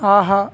ஆஹா